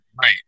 right